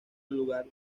lugar